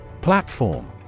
Platform